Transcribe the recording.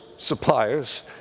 suppliers